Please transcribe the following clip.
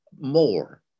more